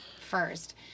first